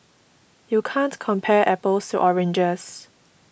you can't compare apples to oranges